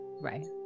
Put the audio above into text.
Right